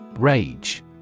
Rage